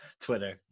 Twitter